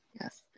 Yes